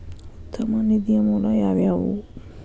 ಉತ್ತಮ ನಿಧಿಯ ಮೂಲ ಯಾವವ್ಯಾವು?